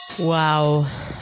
Wow